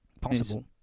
possible